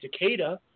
Takeda